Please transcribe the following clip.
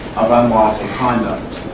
of unlawful conduct.